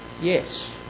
Yes